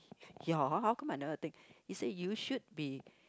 your gonna take he said you should be